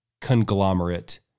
conglomerate